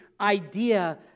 idea